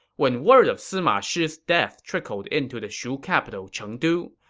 when word of sima shi's death trickled into the shu capital chengdu,